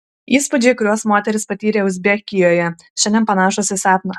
įspūdžiai kuriuos moteris patyrė uzbekijoje šiandien panašūs į sapną